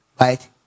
right